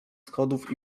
schodów